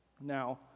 Now